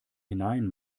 hinein